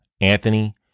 anthony